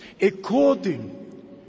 According